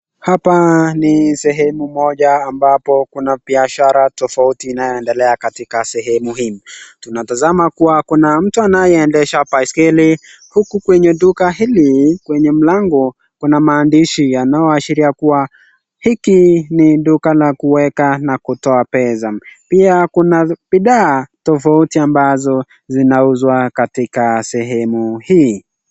Hapa ni sehemu moja ambapo kuna biashara tofauti inaendelea katika sehemu hii. Tunatazama kuwa kuna mtu anayeendesha baiskeli, huku kwenye duka hili, kwenye mlango, kuna maandishi yanayoashiria kuwa hiki ni duka la kuweka na kutoa pesa. Pia kuna bidhaa tofauti ambazo zinauzwa katika sehemu hii.